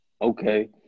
Okay